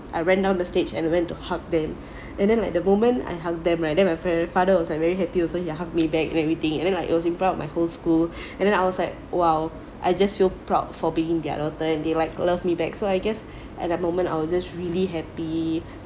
I ran down the stage and went to hug them and then like the moment I hug them right then par~ my father was like very happy also he hugged me back and everything and then like it was in front of my whole school and then I was like !wow! I just feel proud for being their daughter and they like love me back so I guess at that moment I was just really happy